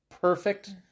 perfect